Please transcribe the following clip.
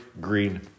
green